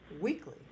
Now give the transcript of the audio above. Weekly